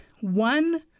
one